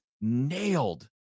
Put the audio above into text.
nailed